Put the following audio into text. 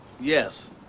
Yes